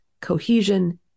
cohesion